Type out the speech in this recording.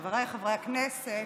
חבריי חברי הכנסת,